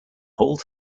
whole